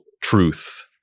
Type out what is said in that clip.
truth